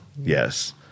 Yes